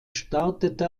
startete